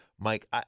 Mike